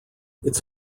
its